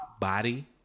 Body